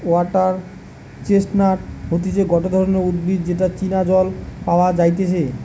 water chestnut হতিছে গটে ধরণের উদ্ভিদ যেটা চীনা জল পাওয়া যাইতেছে